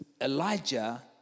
Elijah